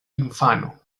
infano